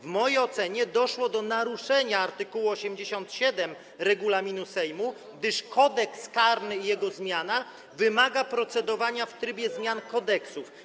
W mojej ocenie doszło do naruszenia art. 87 regulaminu Sejmu, gdyż Kodeks karny, jego zmiana, wymaga procedowania w trybie zmian kodeksów.